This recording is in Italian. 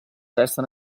testa